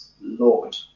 Lord